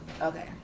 Okay